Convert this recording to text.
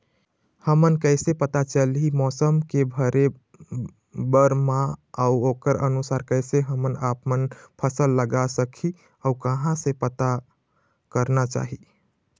हमन कैसे पता चलही मौसम के भरे बर मा अउ ओकर अनुसार कैसे हम आपमन फसल लगा सकही अउ कहां से पता करना चाही?